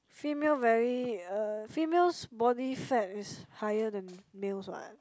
female very uh female's body fat is higher than males [what]